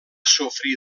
sofrir